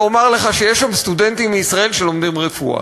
ואומר לך שיש שם סטודנטים מישראל שלומדים רפואה.